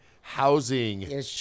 housing